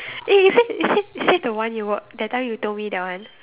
eh is it is it is it the one you work that time you told me that one